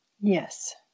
Yes